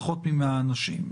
פחות מ-100 אנשים,